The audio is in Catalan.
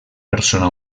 persona